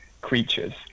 creatures